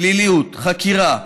פליליות, חקירה,